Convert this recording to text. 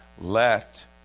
Let